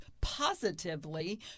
positively